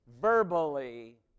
verbally